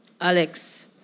Alex